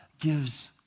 gives